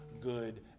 good